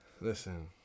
Listen